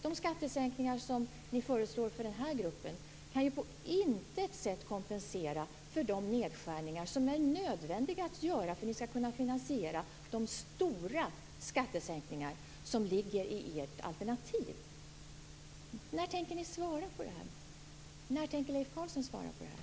De skattesänkningar som ni föreslår för den här gruppen kan ju på intet sätt kompensera för de nedskärningar som är nödvändiga att göra för att ni skall kunna finansiera de stora skattesänkningar som ligger i ert alternativ. När tänker ni svara på det här? När tänker Leif Carlson svara på det här?